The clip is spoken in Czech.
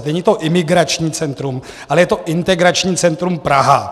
Není to imigrační centrum, ale je to Integrační centrum Praha.